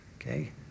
Okay